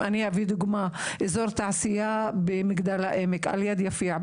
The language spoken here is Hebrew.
אם אני אביא דוגמה אזור תעשייה במגדל העמק על יד יפיע,